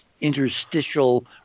interstitial